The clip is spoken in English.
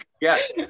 Yes